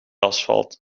asfalt